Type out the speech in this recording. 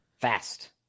Fast